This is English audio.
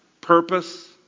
Purpose